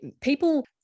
people